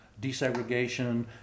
desegregation